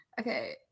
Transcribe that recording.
okay